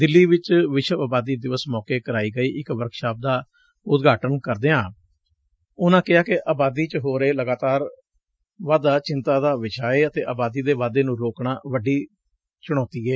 ਦਿੱਲੀ ਵਿਚ ਵਿਸ਼ਵ ਆਬਾਦੀ ਦਿਵਸ ਮੌਕੇ ਕਰਾਈ ਗਈ ਇਕ ਵਰਕਸ਼ਪ ਦਾ ਉਦਘਾਟਨ ਕਰਦਿਆਂ ਉਨਾਂ ਕਿਹਾ ਕਿ ਆਬਾਦੀ ਚ ਹੋ ਰਿਹਾ ਲਗਾਤਾਰ ਵਾਧਾ ਚਿੰਤਾ ਦਾ ਵਿਸ਼ਾ ਏ ਅਤੇ ਆਬਾਦੀ ਦੇ ਵਾਧੇ ਨੂੰ ਰੋਕਣਾ ਬੜੀ ਵੱਡੀ ਚੁਣੌਤੀ ਏ